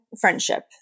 friendship